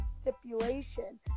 stipulation